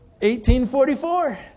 1844